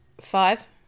five